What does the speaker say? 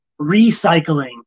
recycling